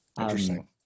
Interesting